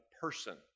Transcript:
person